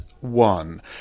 One